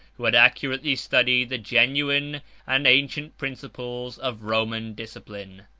who had accurately studied the genuine and ancient principles of roman discipline.